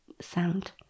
sound